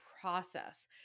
process